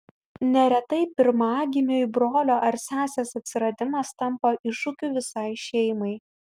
neretai pirmagimiui brolio ar sesės atsiradimas tampa iššūkiu visai šeimai